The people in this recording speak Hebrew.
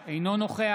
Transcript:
עודה,